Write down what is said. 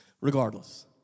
Regardless